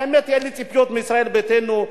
האמת, אין לי ציפיות מישראל ביתנו.